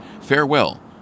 Farewell